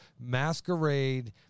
masquerade